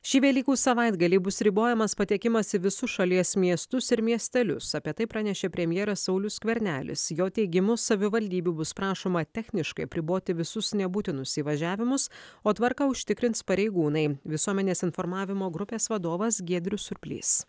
šį velykų savaitgalį bus ribojamas patekimas į visus šalies miestus ir miestelius apie tai pranešė premjeras saulius skvernelis jo teigimu savivaldybių bus prašoma techniškai apriboti visus nebūtinus įvažiavimus o tvarką užtikrins pareigūnai visuomenės informavimo grupės vadovas giedrius surplys